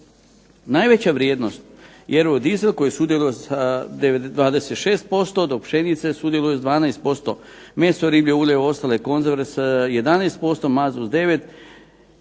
Najveća vrijednost je Eurodizel koji sudjeluje sa 26%, dok pšenica sudjeluje s 12%, meso, riblje ulje, ostale konzerve sa 11%, mazut s 9,